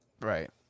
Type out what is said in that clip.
Right